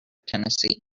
tennessee